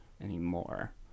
anymore